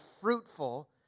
fruitful